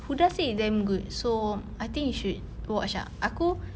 huda said it's damn good so I think you should watch ah aku